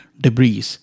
debris